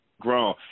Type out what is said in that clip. grown